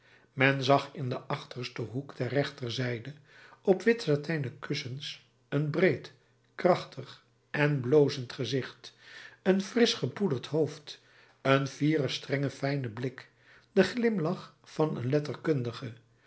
men zag in den achtersten hoek ter rechterzijde op wit satijnen kussens een breed krachtig en blozend gezicht een frisch gepoederd hoofd een fieren strengen fijnen blik den glimlach van een letterkundige